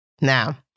Now